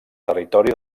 territori